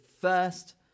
first